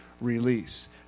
release